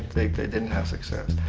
they didn't have success.